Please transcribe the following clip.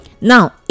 now